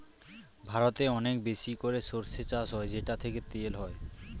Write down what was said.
ভারতে অনেক বেশি করে সরষে চাষ হয় যেটা থেকে তেল হয়